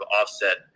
offset